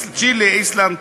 איסלנד,